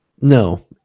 No